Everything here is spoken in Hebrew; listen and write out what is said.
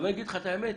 להגיד לך את האמת?